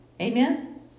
Amen